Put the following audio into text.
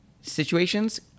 situations